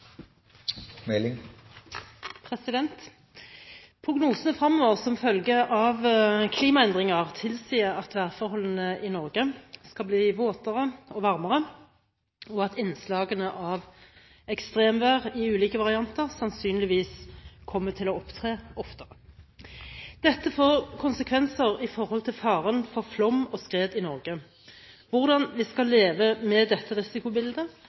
vedtatt. Prognosene fremover som følge av klimaendringer tilsier at værforholdene i Norge skal bli våtere og varmere, og at innslagene av ekstremvær i ulike varianter sannsynligvis kommer til å opptre oftere. Dette får konsekvenser med hensyn til faren for flom og skred i Norge, hvordan vi skal leve med dette